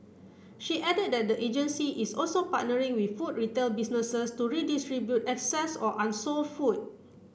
she added that the agency is also partnering with food retail businesses to redistribute excess or unsold food